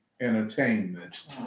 entertainment